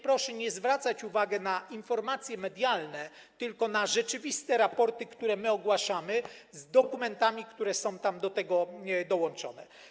Proszę zwracać uwagę nie na informacje medialne, tylko na rzeczywiste raporty, które ogłaszamy z dokumentami, które są do tego dołączone.